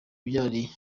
byari